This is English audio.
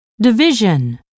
division